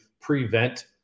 prevent